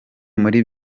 muri